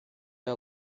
air